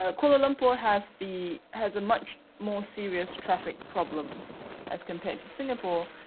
ah kuala lumpur has the. has a much more serious traffic problem as compared to singapore.